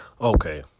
Okay